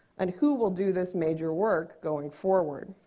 and who will do this major work going forward?